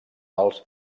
els